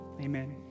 Amen